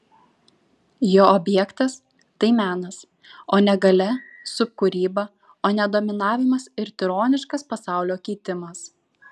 jo objektas tai menas o ne galia subkūryba o ne dominavimas ir tironiškas pasaulio keitimas